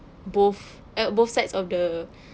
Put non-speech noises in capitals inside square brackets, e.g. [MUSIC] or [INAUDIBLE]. both err both sides of the [BREATH]